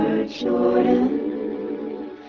Jordan